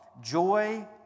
joy